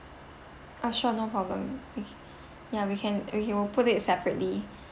uh sure no problem w~ ya we can uh we will put it separately